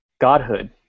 Godhood